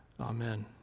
Amen